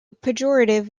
pejorative